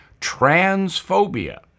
transphobia